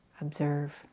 observe